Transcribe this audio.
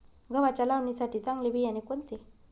गव्हाच्या लावणीसाठी चांगले बियाणे कोणते?